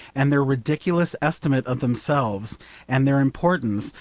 and their ridiculous estimate of themselves and their importance,